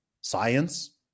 science